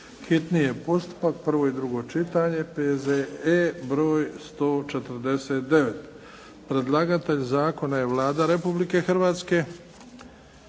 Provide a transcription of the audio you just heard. hitni postupak, prvo i drugo čitanje, P.Z.E.br. 149 Predlagatelj Zakona je Vlada Republike Hrvatske.